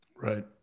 Right